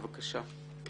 בבקשה.